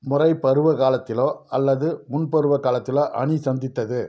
முறை பருவகாலத்திலோ அல்லது முன்பருவ காலத்திலோ அணி சந்தித்தது